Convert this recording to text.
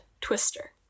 Twister